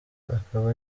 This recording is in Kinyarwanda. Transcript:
akaba